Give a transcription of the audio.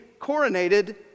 coronated